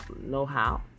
know-how